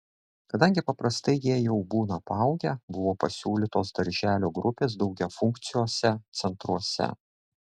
kadangi paprastai jie jau būna paaugę buvo pasiūlytos darželio grupės daugiafunkciuose centruose